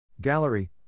Gallery